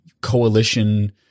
coalition